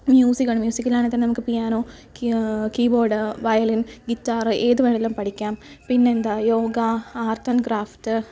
musical മ്യൂസിക്കിൽ ആണെങ്കിൽ തന്നെ പിയാനോ കീബോർഡ് വയലിൻ ഗിറ്റാറ് ഏതു വേണമെങ്കിലും പഠിക്കാം പിന്നെന്താ യോഗ ആർട്ട് ആൻഡ് ക്രാഫ്റ്റ്